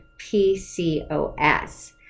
PCOS